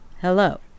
Hello